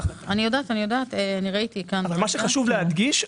חשוב להדגיש,